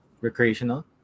Recreational